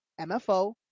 MFO